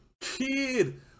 kid